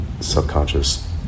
subconscious